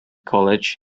college